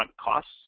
costs